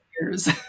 years